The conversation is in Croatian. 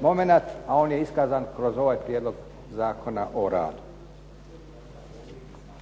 momenat, a on je iskazan kroz ovaj prijedlog Zakona o radu.